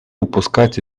упускать